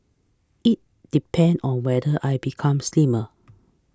it depend on whether I become slimmer